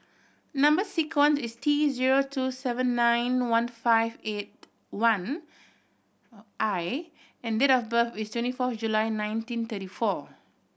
number sequence is T zero two seven nine one five eight one I and date of birth is twenty four July nineteen thirty four